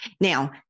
Now